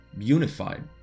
unified